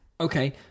Okay